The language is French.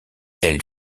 elle